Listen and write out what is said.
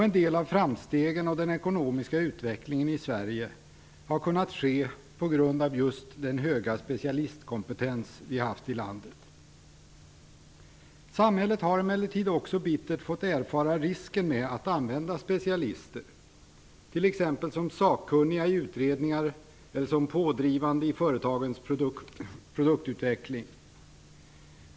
En del av framstegen och den ekonomiska utvecklingen i Sverige har kunnat ske på grund av just den höga specialistkompetens vi haft i landet. Samhället har emellertid också bittert fått erfara risken med att använda specialister t.ex. som sakkunniga i utredningar eller som pådrivande i företagens produktutveckling.